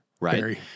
right